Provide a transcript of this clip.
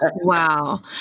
Wow